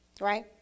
right